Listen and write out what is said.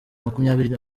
makumyabiri